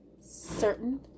certain